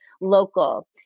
local